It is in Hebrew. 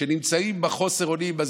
נמצאים בחוסר האונים הזה.